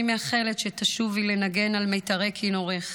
אני מאחלת שתשובי לנגן על מיתרי כינורך,